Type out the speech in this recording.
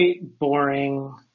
boring